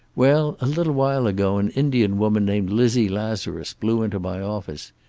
well, a little while ago an indian woman named lizzie lazarus blew into my office.